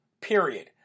period